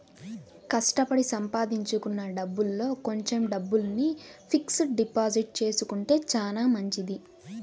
కష్టపడి సంపాదించుకున్న డబ్బుల్లో కొంచెం డబ్బుల్ని ఫిక్స్డ్ డిపాజిట్ చేసుకుంటే చానా మంచిది